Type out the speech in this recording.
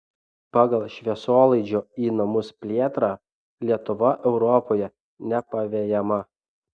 pagal šviesolaidžio į namus plėtrą lietuva europoje nepavejama